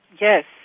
Yes